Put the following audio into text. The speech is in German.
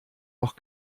noch